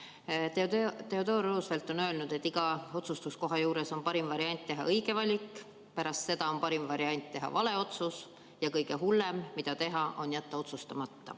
Theodore Roosevelt on öelnud, et iga otsustuskoha juures on parim variant teha õige valik, pärast seda on parim variant teha vale otsus ja kõige hullem, mis teha, on jätta otsustamata.